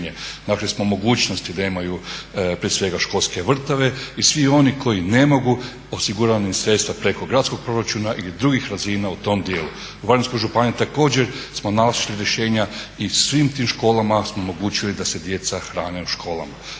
našli smo mogućnost da imaju prije svega školske vrtove i svi oni koji ne mogu osiguramo im sredstava preko gradskog proračuna ili drugih razina u tom djelu. U Varaždinskoj županiji također smo našli rješenja i svim tim školama smo omogućili da se djeca hrane u školama.